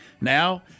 now